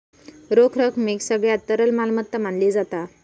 रोख रकमेक सगळ्यात तरल मालमत्ता मानली जाता